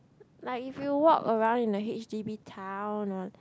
like if you walk around in a h_d_b town or